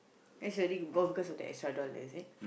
that's very oh because of that extra dollar is it